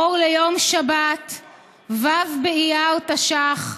אור ליום שבת ו' אייר תש"ח,